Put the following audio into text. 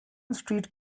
street